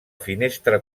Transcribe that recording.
finestra